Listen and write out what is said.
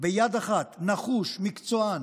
ביד אחת נחוש, מקצוען,